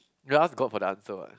yea ask got for the answer what